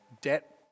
debt